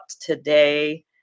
today